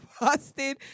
Boston